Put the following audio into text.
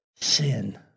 sin